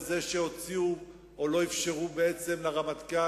לזה שהוציאו או לא אפשרו בעצם לרמטכ"ל,